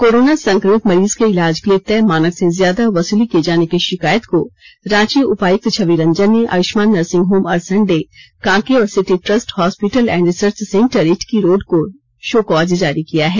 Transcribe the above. corona संक्रमित मरीज के इलाज के लिए तय मानक से ज्यादा वसूली किये जाने की शिकायत को रांची उपायुक्त छवि रंजन ने आयुष्मान नर्सिंग होम अरसंडे कांके और city trust hospital and research centre Itki road को शोकाँज जारी किया है